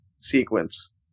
sequence